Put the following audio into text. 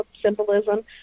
symbolism